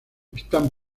están